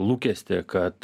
lūkestį kad